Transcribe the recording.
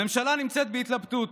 הממשלה נמצאת בהתלבטות: